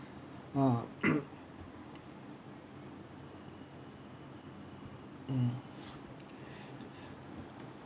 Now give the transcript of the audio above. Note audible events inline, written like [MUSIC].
uh [COUGHS] mm